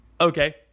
okay